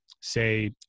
Say